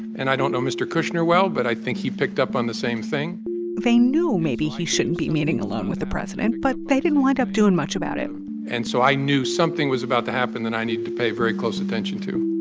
and i don't know mr. kushner well, but i think he picked up on the same thing they knew maybe he shouldn't be meeting alone with the president, but they didn't wind up doing much about it and so i knew something was about to happen that i need to pay very close attention to